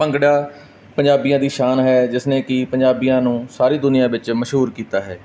ਭੰਗੜਾ ਪੰਜਾਬੀਆਂ ਦੀ ਸ਼ਾਨ ਹੈ ਜਿਸ ਨੇ ਕਿ ਪੰਜਾਬੀਆਂ ਨੂੰ ਸਾਰੀ ਦੁਨੀਆਂ ਵਿੱਚ ਮਸ਼ਹੂਰ ਕੀਤਾ ਹੈ